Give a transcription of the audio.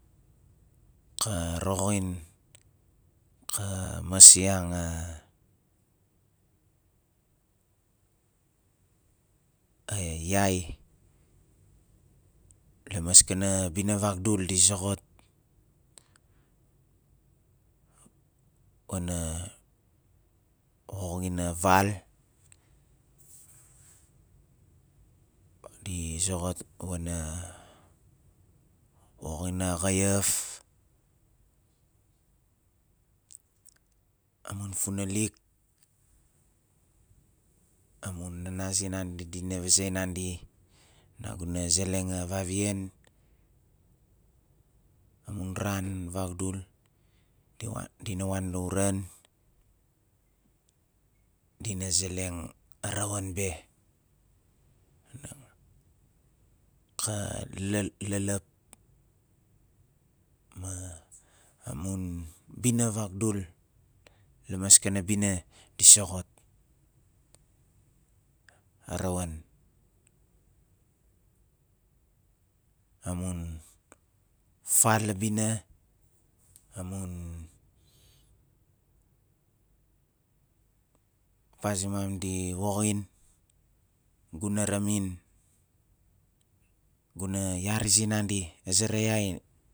Ka roxoin ka masiang a yai lamaskana bina vagdul di zoxot wana woxin a val di zoxot wana woxin a xayaf amun funalik, amun nana zinandi dina vaze nandi naguna zeleng a vavian amun ran vagdul di wa- dina wan lauran dina zeleng a rawaan be ka ma amun bina vagdul la maskana bina di soxot a rawaan amun fal la bina amun zimam di woxin gu na ramin gu na yari zinandi a zera yai